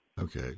Okay